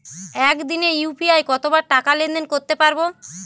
একদিনে ইউ.পি.আই কতবার টাকা লেনদেন করতে পারব?